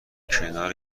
کنار